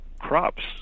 crops